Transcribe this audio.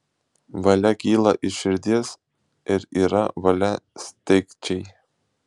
valia kyla iš širdies ir yra valia steigčiai